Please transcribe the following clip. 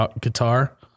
guitar